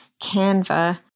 Canva